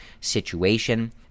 situation